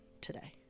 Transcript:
today